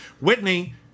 Whitney